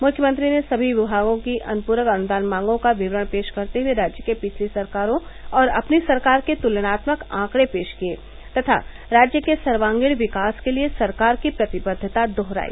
मुख्यमंत्री ने सभी विमागों की अनुप्रक अनुदान मांगों का विवरण पेश करते हए राज्य के पिछली सरकारों और अपनी सरकार के तुलनात्मक आंकड़े पेश किये तथा राज्य के सरकारों विकास के लिए सरकार की प्रतिबद्वता दोहराई